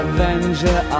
Avenger